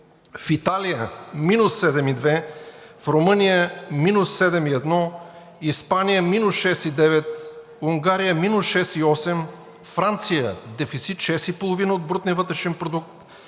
в Италия е минус 7,2, в Румъния е минус 7,1, Испания е минус 6,9, Унгария е минус 6,8, Франция – дефицит 6,5 от брутния вътрешен продукт,